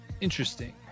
Interesting